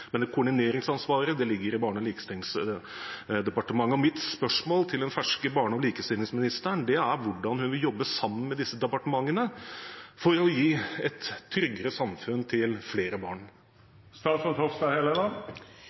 Men koordineringsansvaret ligger i Barne- og likestillingsdepartementet. Mitt spørsmål til den ferske barne- og likestillingsministeren er hvordan hun vil jobbe sammen med disse departementene for å gi et tryggere samfunn for flere barn. Først og fremst har jeg lyst til